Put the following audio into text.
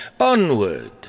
onward